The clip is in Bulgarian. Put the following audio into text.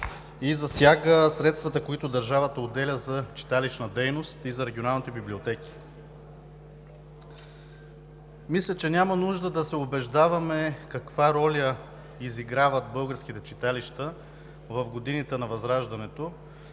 и засяга средствата, които държавата отделя за читалищна дейност и за регионалните библиотеки. Мисля, че няма нужда да се убеждаваме каква роля изиграват българските читалища в годините на възраждането,